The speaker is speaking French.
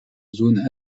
zones